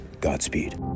Godspeed